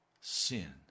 sin